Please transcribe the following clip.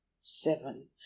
seven